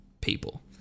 people